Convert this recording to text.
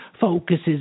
focuses